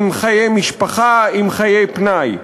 עם חיי משפחה, עם חיי פנאי.